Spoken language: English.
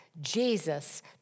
Jesus